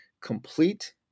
Complete